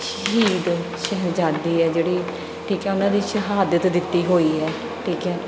ਸ਼ਹੀਦ ਸਾਹਿਬਜਾਦੇ ਆ ਜਿਹੜੇ ਠੀਕ ਹੈ ਉਹਨਾਂ ਦੀ ਸ਼ਹਾਦਤ ਦਿੱਤੀ ਹੋਈ ਹੈ ਠੀਕ ਹੈ